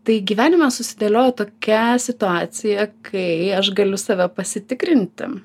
tai gyvenime susidėliojo tokia situacija kai aš galiu save pasitikrinti